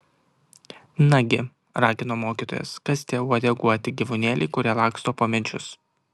nagi ragino mokytojas kas tie uodeguoti gyvūnėliai kurie laksto po medžius